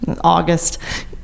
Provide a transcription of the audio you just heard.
August